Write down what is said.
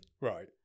Right